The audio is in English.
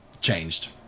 changed